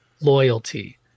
loyalty